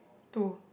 two